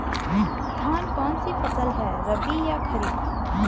धान कौन सी फसल है रबी या खरीफ?